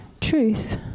truth